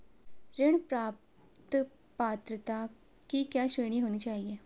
ऋण प्राप्त पात्रता की क्या श्रेणी होनी चाहिए?